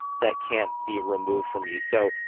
that can't be removed from you. so,